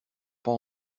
pas